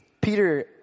peter